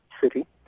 city